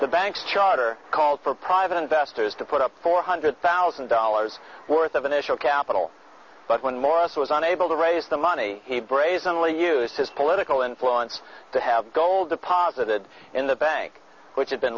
the banks charter calls for private investors to put up four hundred thousand dollars worth of initial capital but when morris was unable to raise the money he brazenly use his political influence to have gold deposited in the bank which had been